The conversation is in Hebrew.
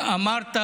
אמרת